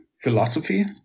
philosophy